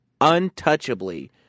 untouchably